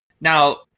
now